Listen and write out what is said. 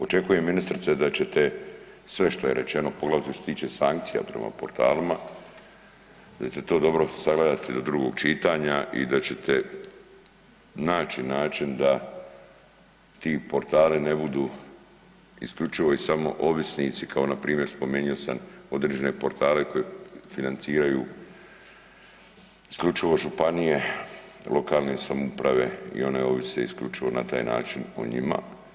Očekujem ministrice da ćete sve što je rečeno poglavito što se tiče sankcija prema portalima da ćete to dobro sagledati do drugog čitanja i da ćete naći način da ti portali ne budu isključivo i samo ovisnici kao npr. spominjao sam određene portale koje financiraju isključivo županije, lokalne samouprave i one ovise isključivo na taj način o njima.